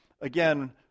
again